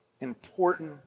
important